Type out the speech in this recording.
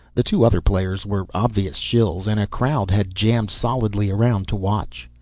the two other players were obvious shills, and a crowd had jammed solidly around to watch.